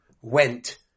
went